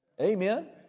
Amen